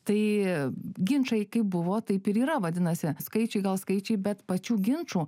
tai ginčai kaip buvo taip ir yra vadinasi skaičiai gal skaičiai bet pačių ginčų